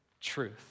truth